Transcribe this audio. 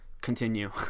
Continue